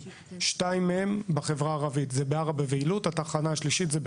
שתיים מהן בחברה הערבית בערערה ובעילוט והתחנה השלישית היא בחריש.